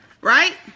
right